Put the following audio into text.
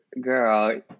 girl